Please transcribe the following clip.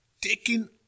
taking